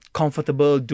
comfortable